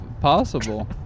possible